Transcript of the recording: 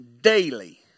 daily